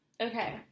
Okay